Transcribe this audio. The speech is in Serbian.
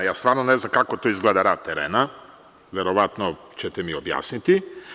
Ja stvarno ne znam kako to izgleda rad terena, verovatno ćete mi objasniti?